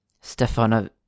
Stefano